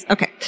Okay